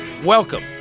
Welcome